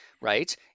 right